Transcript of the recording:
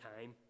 time